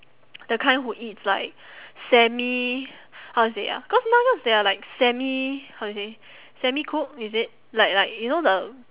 the kind who eats like semi how to say ah cause now those they are like semi how to say semi cook is it like like you know the